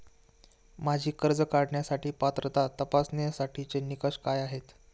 माझी कर्ज काढण्यासाठी पात्रता तपासण्यासाठीचे निकष काय आहेत?